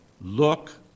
look